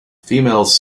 females